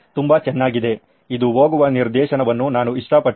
ತುಂಬಾ ಚೆನ್ನಾಗಿದೆ ಇದು ಹೋಗುವ ನಿರ್ದೇಶನವನ್ನು ನಾನು ಇಷ್ಟಪಟ್ಟೆ